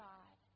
God